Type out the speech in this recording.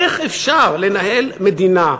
איך אפשר לנהל מדינה?